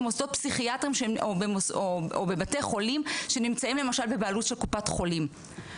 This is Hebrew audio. במוסדות פסיכיאטריים או בבתי חולים שנמצאים בבעלות של קופת חולים.